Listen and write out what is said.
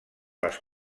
les